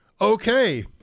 Okay